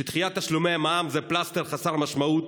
שדחיית תשלומי המע"מ זה פלסטר חסר משמעות